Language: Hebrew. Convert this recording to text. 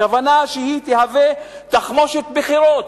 הכוונה שהיא תהווה תחמושת בחירות.